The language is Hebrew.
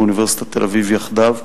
באוניברסיטת תל-אביב יחדיו,